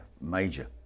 major